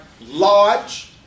large